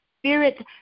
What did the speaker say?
spirit